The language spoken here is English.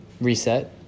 reset